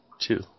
two